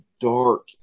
dark